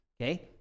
okay